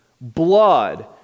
blood